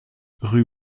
rue